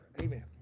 Amen